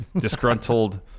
disgruntled